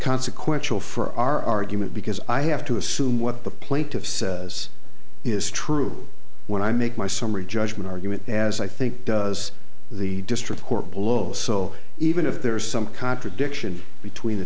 consequential for our argument because i have to assume what the plaintiff says is true when i make my summary judgment argument as i think does the district court blow so even if there is some contradiction between the